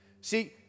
See